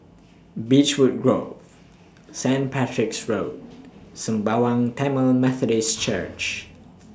Beechwood Grove Saint Patrick's Road Sembawang Tamil Methodist Church